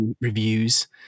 reviews